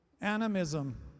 animism